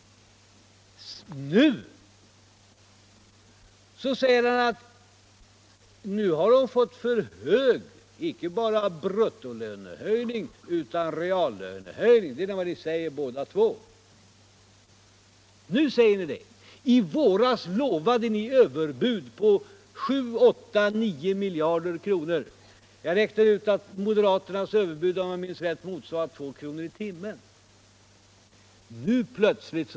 Nu säger han att de fått för hög inte bara bruttolönchöjning utan även reallönehöjning. I våras gjorde ni överbud på 7-8-9 miljarder kronor. Jag räknade ut att moderaternas överbud, om jag minns rätt, motsvarade två kronor per timme för en industriarbetare.